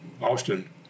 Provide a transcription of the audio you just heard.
Austin